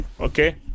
Okay